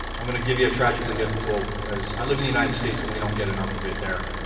i'm going to give you a tragically hip quote because i live in the united states and we don't get enough of it there.